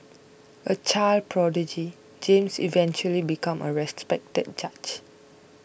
a child prodigy James eventually became a respected judge